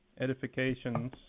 edifications